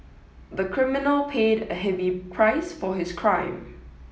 the criminal paid a heavy price for his crime